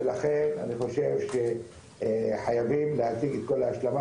לכן אני חושב שחייבים להשיג את כל ההשלמה,